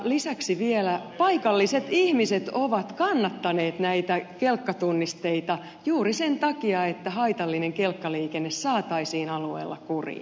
lisäksi vielä paikalliset ihmiset ovat kannattaneet näitä kelkkatunnisteita juuri sen takia että haitallinen kelkkaliikenne saataisiin alueella kuriin